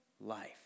life